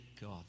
God